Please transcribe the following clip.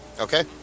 Okay